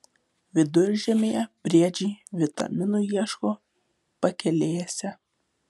viduržiemyje briedžiai vitaminų ieško pakelėse